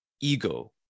ego